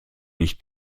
nicht